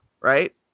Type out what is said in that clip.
right